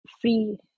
free